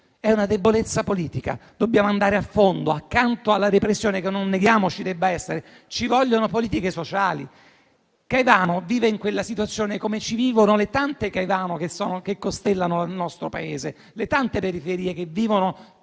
è una debolezza politica. Dobbiamo andare a fondo: accanto alla repressione, che non neghiamo ci debba essere, occorrono politiche sociali. Caivano vive in quella situazione come ci vivono le tante Caivano che costellano il nostro Paese, le tante periferie che vivono